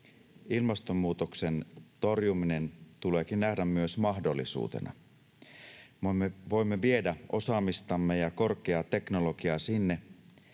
Ilmastonmuutoksen torjuminen tuleekin nähdä myös mahdollisuutena. Voimme viedä osaamistamme ja korkeaa teknologiaa sinne,